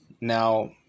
Now